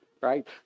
Right